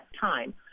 time